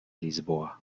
lisboa